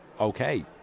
okay